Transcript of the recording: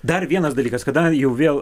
dar vienas dalykas kada jau vėl